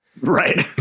Right